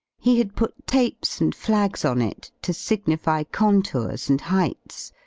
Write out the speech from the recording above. he had put tapes and flags on it to signify contours and heights,